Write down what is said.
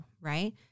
right